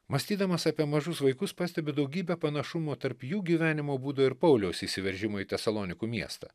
mąstydamas apie mažus vaikus pastebi daugybę panašumų tarp jų gyvenimo būdo ir pauliaus įsiveržimo į tesalonikų miestą